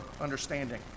understanding